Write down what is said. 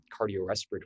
cardiorespiratory